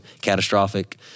catastrophic